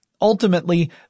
Ultimately